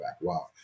Wow